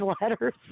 letters